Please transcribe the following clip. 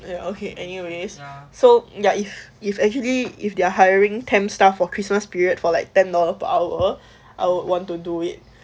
ya okay anyways so ya if if actually if they're hiring temp staff for christmas period for like ten dollar per hour I would want to do it